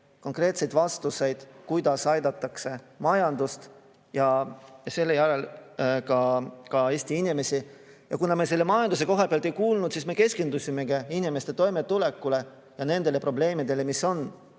konkreetseid vastuseid, kuidas aidatakse majandust ja seejärel ka Eesti inimesi. Kuna me majanduse kohta ei kuulnud, siis me keskendusimegi inimeste toimetulekule ja nendele probleemidele, mis on.